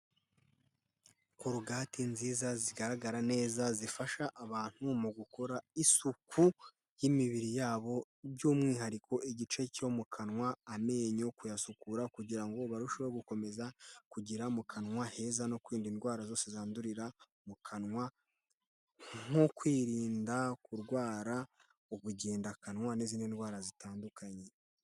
Korogate nziza zigaragara neza zifasha abantu mu gukora isuku y'imibiri yabo by'umwihariko igice cyo mu kanwa, amenyo kuyasukura kugira ngo barusheho gukomeza kugira mu kanwa heza no kwirinda indwara zose zandurira mu kanwa, nko kwirinda kurwara ubugendakanwa n'izindi ndwara zitandukanye.